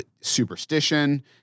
superstition